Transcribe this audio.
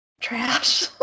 trash